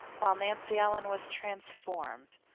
while nancy ellen was transformed.